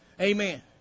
Amen